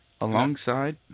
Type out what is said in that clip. alongside